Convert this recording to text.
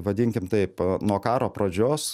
vadinkim taip nuo karo pradžios